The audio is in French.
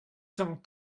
cent